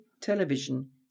television